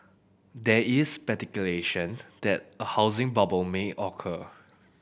there is speculation that a housing bubble may occur